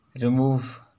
remove